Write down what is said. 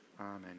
Amen